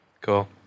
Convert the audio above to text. Cool